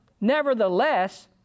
Nevertheless